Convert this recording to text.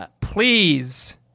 please